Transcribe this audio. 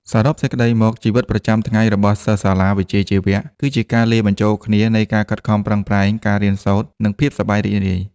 សរុបសេចក្តីមក ជីវិតប្រចាំថ្ងៃរបស់សិស្សសាលាវិជ្ជាជីវៈគឺជាការលាយបញ្ចូលគ្នានៃការខិតខំប្រឹងប្រែង ការរៀនសូត្រ និងភាពសប្បាយរីករាយ។